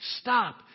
stop